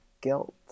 guilt